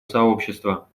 сообщества